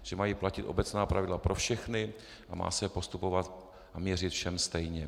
Že mají platit obecná pravidla pro všechny a má se postupovat a měřit všem stejně.